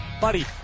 buddy